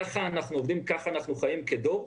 כך אנחנו עובדים, כך אנחנו חיים כדור,